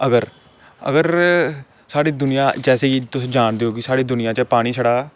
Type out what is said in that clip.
अगर अगर साढ़ी दुनियां जियां की तुस जानदे कि साढ़ी दुनिया च पानी छड़ा